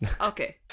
Okay